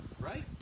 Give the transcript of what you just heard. Right